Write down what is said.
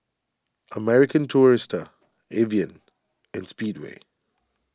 American Tourister Evian and Speedway